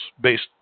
based